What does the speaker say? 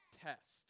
test